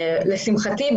לשמחתי,